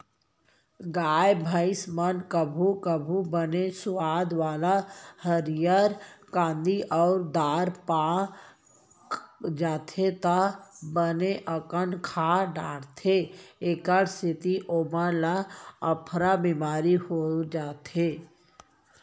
गाय भईंस मन कभू कभू बने सुवाद वाला हरियर कांदी अउ दार पा जाथें त बने अकन खा डारथें एकर सेती ओमन ल अफरा बिमारी हो जाथे